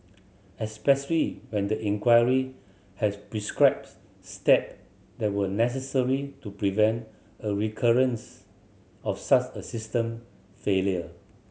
especially when the inquiry had prescribes step that were necessary to prevent a recurrence of such a system failure